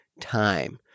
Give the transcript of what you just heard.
time